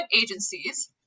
agencies